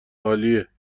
عالیه